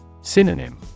Synonym